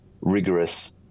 rigorous